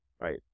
right